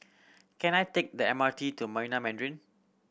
can I take the M R T to Marina Mandarin